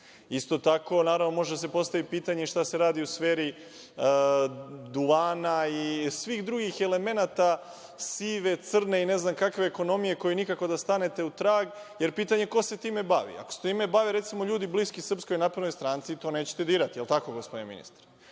tako, naravno može da se postavi pitanje i šta se radi u sferi duvana i svih drugih elemenata sive, crne i ne znam kakve ekonomije kojoj nikako da stanete u trag, jer pitanje ko se time bavi. Ako se time bave recimo ljudi bliski SNS, to nećete dirati, je li tako gospodine ministre?